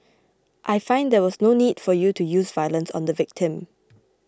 I find there was no need for you to use violence on the victim